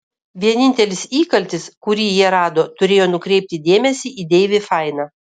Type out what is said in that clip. vienintelis įkaltis kurį jie rado turėjo nukreipti dėmesį į deivį fainą